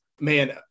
man